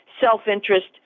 self-interest